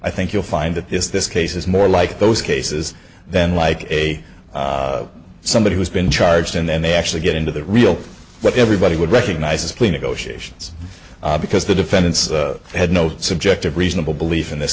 i think you'll find that is this case is more like those cases then like a somebody who's been charged and then they actually get into the real what everybody would recognise as plea negotiations because the defendants had no subjective reasonable belief in this